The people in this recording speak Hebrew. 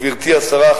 גברתי השרה,